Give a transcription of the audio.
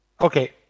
Okay